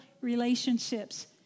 relationships